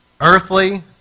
Earthly